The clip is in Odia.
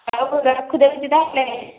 ହୋଉ ରଖିଦଉଛି ତା'ହେଲେ